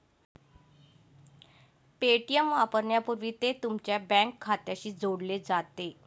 Paytm वापरण्यापूर्वी ते तुमच्या बँक खात्याशी जोडले जाते